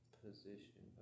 position